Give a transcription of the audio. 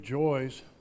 joys